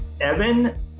Evan